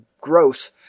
gross